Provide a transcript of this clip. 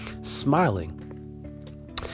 smiling